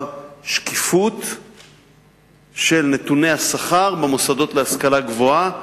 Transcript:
שקיפות של נתוני השכר במוסדות להשכלה גבוהה,